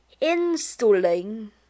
installing